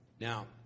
Now